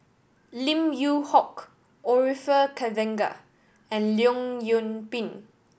Lim Yew Hock Orfeur Cavenagh and Leong Yoon Pin